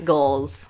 Goals